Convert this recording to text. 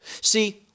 see